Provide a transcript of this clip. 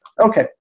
okay